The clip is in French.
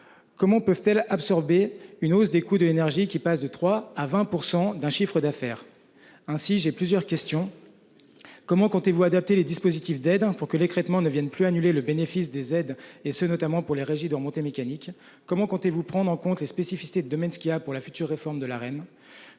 Comment peuvent-elles absorber une hausse des coûts de l'énergie qui passe de 3 à 20% d'un chiffre d'affaires. Ainsi, j'ai plusieurs questions. Comment comptez-vous adapter les dispositifs d'aide pour que les traitements ne viennent plus annuler le bénéfice des aides et ce, notamment pour les régies de remontées mécaniques. Comment comptez-vous prendre en compte les spécificités du domaine skiable pour la future réforme de la